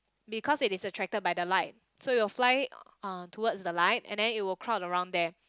because it is attracted by the light so it will fly uh towards the light and it will crowd around there